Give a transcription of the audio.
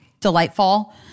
Delightful